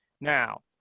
now